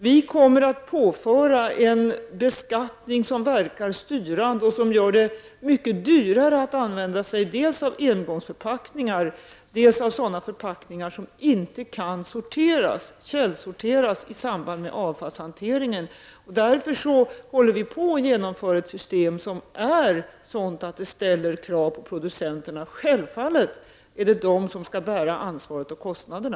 Vi kommer att påföra en beskattning som verkar styrande och som gör det mycket dyrare att använda sig av dels engångsförpackningar, dels sådana förpackningar som inte kan källsorteras i samband med avfallssorteringen. Därför håller ett system på att införas som är sådant att det ställer krav på producenterna. Självfallet är det producenterna som skall bära ansvaret och kostnaderna.